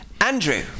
andrew